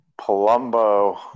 Palumbo